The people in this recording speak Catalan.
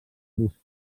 discurs